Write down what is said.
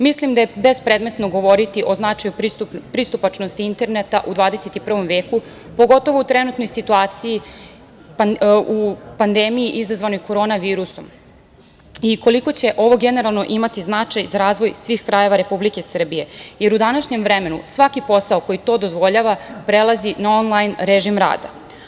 Mislim da je bespredmetno govoriti o značaju pristupačnosti interneta u 21. veku, pogotovo u trenutnoj situaciji, u pandemiji izazvanoj korona virusom, i koliko će ovo generalno imati značaj za razvoj svih krajeva Republike Srbije, jer u današnjem vremenu svaki posao koji to dozvoljava prelazi na onlajn režim rada.